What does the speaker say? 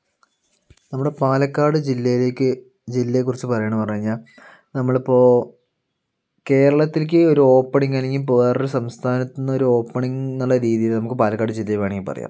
നമ്മുടെ പാലക്കാട് ജില്ലേലേക്ക് ജില്ലയെ കുറിച്ച് പറയണമെന്ന് പറഞ്ഞ് കഴിഞ്ഞാൽ നമ്മളിപ്പോൾ കേരളത്തിലെക്ക് ഒരോപ്പണിങ് അല്ലെങ്കിൽ വേറൊരു സംസ്ഥാനത്തിൽ നിന്നൊരോപ്പണിങ് എന്നുള്ള രീതിയില് നമുക്ക് പാലക്കാട് ജില്ലയെ വേണമെങ്കിൽ പറയാം